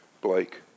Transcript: Blake